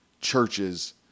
churches